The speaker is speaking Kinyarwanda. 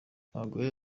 abagore